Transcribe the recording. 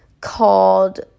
called